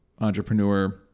entrepreneur